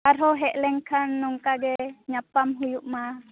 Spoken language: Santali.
ᱟᱨᱦᱚᱸ ᱦᱮᱡ ᱞᱮᱱᱠᱷᱟᱱ ᱱᱚᱝᱠᱟ ᱜᱮ ᱧᱟᱯᱟᱢ ᱦᱩᱭᱩᱜᱼᱢᱟ